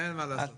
אין מה לעשות.